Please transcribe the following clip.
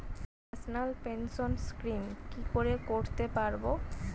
National pension scheme কি করে করতে পারব?